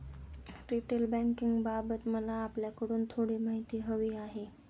retail बँकिंगबाबत मला आपल्याकडून थोडी माहिती हवी आहे